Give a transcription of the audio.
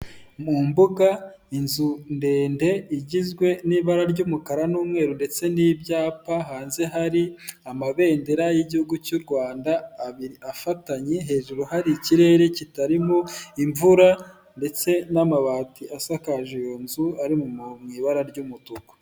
Mu mbuga inzu ndende igizwe n'ibara ry'umukara n'umweru ndetse n'ibyapa, hanze hari amabendera y'igihugu cy'u Rwanda abiri afatanye, hejuru hari ikirere kitarimo imvura ndetse n'amabati asakaje iyo nzu ari mu ibara ry'umutuku.